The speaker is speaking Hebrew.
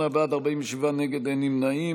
28 בעד, 47 נגד, אין נמנעים.